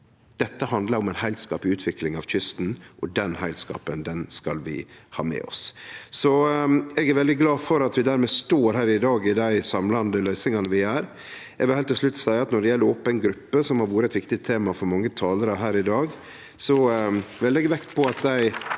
Dette handlar om ei heilskapleg utvikling av kysten, og den heilskapen skal vi ha med oss. Eg er veldig glad for at vi dermed står her i dag med dei samlande løysingane vi har. Eg vil heilt til slutt seie at når det gjeld open gruppe, som har vore eit viktig tema for mange talarar her i dag, vil eg leggje vekt på dei